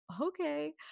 okay